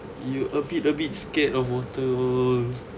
you a bit a bit scared of water oh